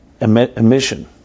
emission